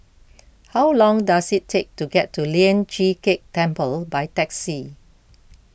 how long does it take to get to Lian Chee Kek Temple by taxi